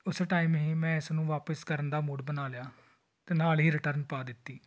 ਉਸੇ ਟਾਈਮ ਹੀ ਮੈਂ ਇਸ ਨੂੰ ਵਾਪਸ ਕਰਨ ਦਾ ਮੂਡ ਬਣਾ ਲਿਆ ਅਤੇ ਨਾਲ ਹੀ ਰਿਟਰਨ ਪਾ ਦਿੱਤੀ